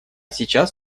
сейчас